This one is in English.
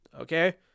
okay